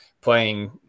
playing